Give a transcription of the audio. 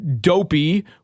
dopey